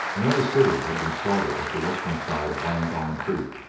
another city had been started at the western side of wandong creek,